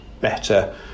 better